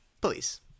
Please